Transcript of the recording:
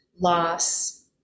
loss